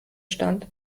stand